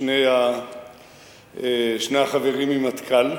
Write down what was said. שני החברים מהמטכ"ל,